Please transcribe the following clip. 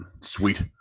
Sweet